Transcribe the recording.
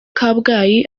kabgayi